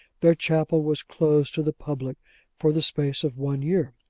their chapel was closed to the public for the space of one year.